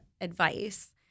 advice